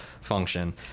function